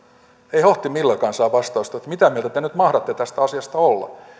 ei hohtimillakaan saa vastausta mitä mieltä te nyt mahdatte tästä asiasta olla